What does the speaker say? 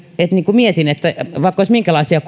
mietin että vaikka olisi minkälaisia